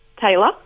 Taylor